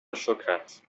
شکرت